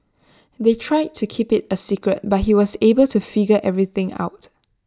they tried to keep IT A secret but he was able to figure everything out